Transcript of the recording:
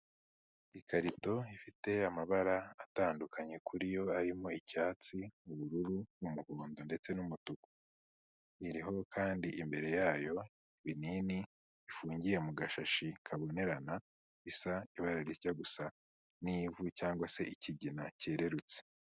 Ikarito ifite amabara atandukanye kuri yo arimo icyatsi, ubururu, n'umuhondo ndetse n'umutuku, iriho kandi imbere yayo ibinini bifungiye mu gashashi kabonerana bisa ibara rijya gusa n'ivu cyangwa se ikigina cyerurutse.